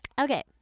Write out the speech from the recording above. Okay